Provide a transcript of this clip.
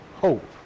hope